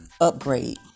upgrade